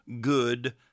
good